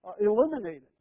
eliminated